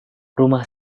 rumah